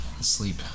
Sleep